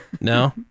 No